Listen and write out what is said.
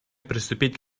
приступить